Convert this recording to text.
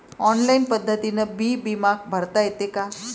Online पद्धतीनं बी बिमा भरता येते का?